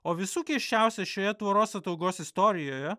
o visų keisčiausia šioje tvoros ataugos istorijoje